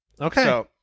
Okay